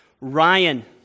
Ryan